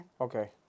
Okay